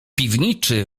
piwniczy